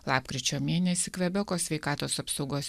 lapkričio mėnesį kvebeko sveikatos apsaugos